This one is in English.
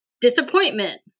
disappointment